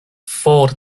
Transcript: for